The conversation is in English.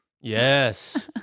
Yes